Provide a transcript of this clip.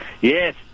Yes